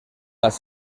las